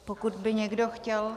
Pokud by někdo chtěl...